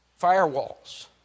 firewalls